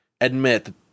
admit